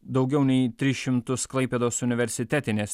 daugiau nei tris šimtus klaipėdos universitetinės